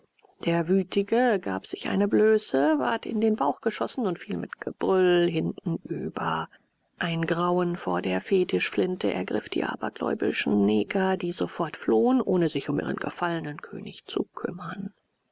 der wütige gab sich eine blöße ward in den bauch geschossen und fiel mit gebrüll hintenüber ein grauen vor der fetischflinte ergriff die abergläubischen neger die sofort flohen ohne sich um ihren gefallenen könig zu kümmern